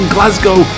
Glasgow